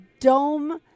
dome